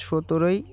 সতেরোই